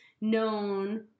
known